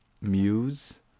muse